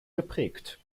geprägt